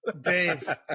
Dave